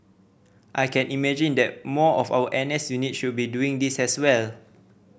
I can imagine that more of our N S units should be doing this as well